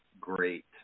great